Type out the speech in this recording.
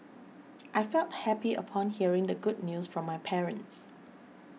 I felt happy upon hearing the good news from my parents